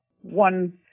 one